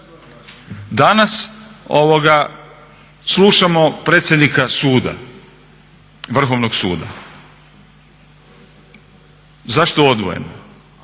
Danas slušamo predsjednika suda, Vrhovnog suda zašto odvojeno?